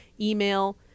email